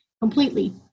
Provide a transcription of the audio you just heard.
completely